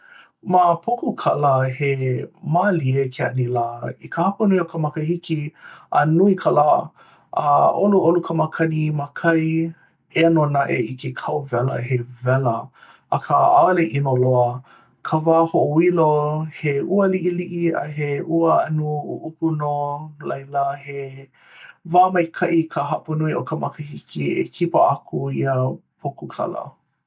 ma pokukala, he mālie ke anilā i ka hapanui o ka makahiki a nui ka lā! a ʻoluʻolu ka makani ma kai eia nō naʻe i ke kauwela, he wela, akā ʻaʻole ʻino loa ka wā hoʻoilo he ua liʻiliʻi a he anu ʻuʻuku no laila he wā maikaʻi ka hapanui o ka makahiki e kipa aku iā pokukala.